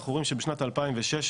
אנחנו רואים שמשנת 2016